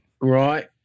Right